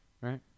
Right